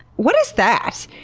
what is that?